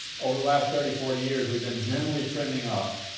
over the last thirty, forty years, we've been generally trending up,